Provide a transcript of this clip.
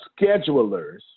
schedulers